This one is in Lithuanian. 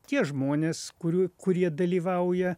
tie žmonės kurių kurie dalyvauja